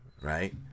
right